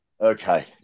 Okay